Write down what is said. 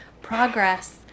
progress